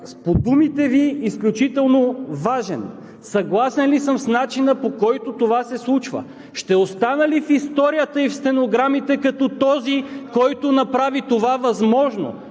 по думите Ви е изключително важен? Съгласен ли съм с начина, по който това се случва? Ще остана ли в историята и в стенограмите като този, който направи това възможно?